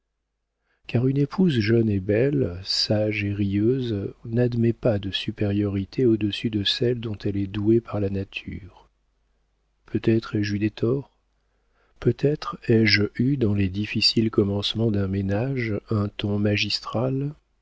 car une épouse jeune et belle sage et rieuse n'admet pas de supériorités au-dessus de celles dont elle est douée par nature peut-être ai-je eu des torts peut-être ai-je eu dans les difficiles commencements d'un ménage un ton magistral